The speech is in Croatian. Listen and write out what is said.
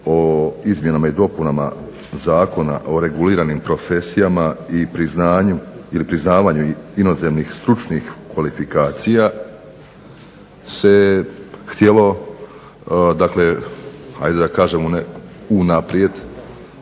o izmjenama i dopunama Zakona o reguliranim profesijama i priznavanju inozemnih stručnih kvalifikacija se htjelo unaprijed